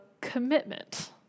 commitment